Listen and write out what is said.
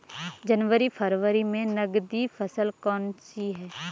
जनवरी फरवरी में नकदी फसल कौनसी है?